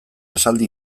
esaldi